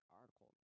article